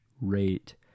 rate